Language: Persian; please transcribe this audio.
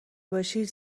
باشید